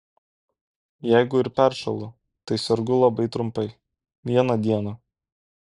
jeigu ir peršąlu tai sergu labai trumpai vieną dieną